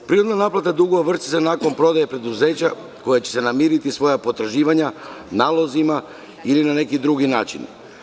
Prinudna naplata dugova vrši se nakon prodaje preduzeća koja će namiriti svoja potraživanja nalozima ili na neki drugi način.